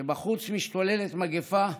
כשבחוץ משתוללת מגפה,